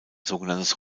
sogenanntes